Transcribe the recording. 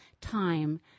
time